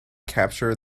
capture